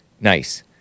Nice